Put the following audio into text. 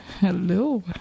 Hello